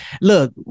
Look